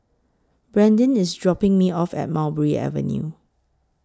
Brandin IS dropping Me off At Mulberry Avenue